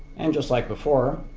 and just like before